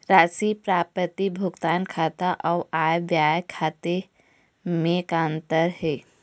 राशि प्राप्ति भुगतान खाता अऊ आय व्यय खाते म का अंतर हे?